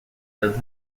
does